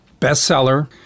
bestseller